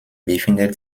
befindet